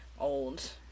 old